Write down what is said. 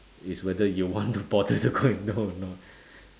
it's whether you want to bother to go and know or not